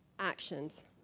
actions